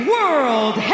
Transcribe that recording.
World